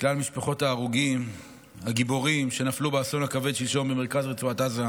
לכלל משפחות ההרוגים הגיבורים שנפלו באסון הכבד שלשום במרכז רצועת עזה,